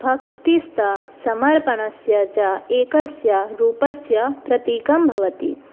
भक्तिस्य समर्पणस्य च एकस्य रूपस्य प्रतीकं भवति